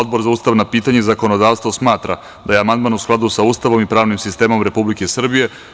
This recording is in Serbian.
Odbor za ustavna pitanja i zakonodavstvo smatra da je amandman u skladu sa Ustavom i pravnim sistemom Republike Srbije.